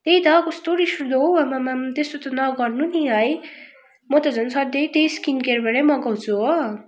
त्यही त कस्तो रिस उठ्दो हौ आम्मामा त्यस्तो त नगर्नु नि है म त झन् सधैँ त्यही स्किन केयरबाटै मगाउँछु हो